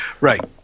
Right